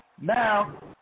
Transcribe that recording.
now